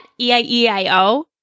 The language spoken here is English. EIEIO